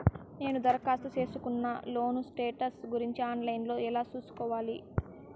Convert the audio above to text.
నేను దరఖాస్తు సేసుకున్న లోను స్టేటస్ గురించి ఆన్ లైను లో ఎలా సూసుకోవాలి?